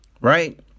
Right